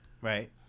Right